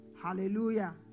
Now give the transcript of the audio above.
Hallelujah